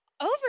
over